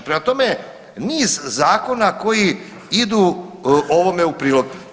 Prema tome, niz zakona koji idu ovome u prilog.